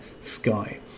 sky